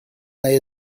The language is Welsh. neu